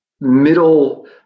middle